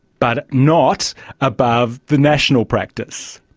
but not above the national practice.